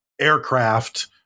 aircraft